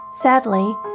Sadly